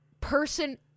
person